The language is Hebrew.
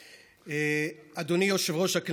כן, אפשר להחזיר את יולי